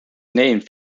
named